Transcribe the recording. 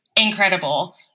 incredible